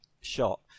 shot